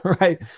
right